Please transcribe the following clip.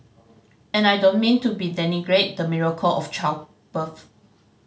and I don't mean to be denigrate the miracle of childbirth